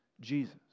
Jesus